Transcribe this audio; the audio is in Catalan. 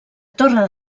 torre